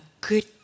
good